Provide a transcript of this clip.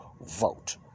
vote